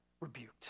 rebuked